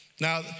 Now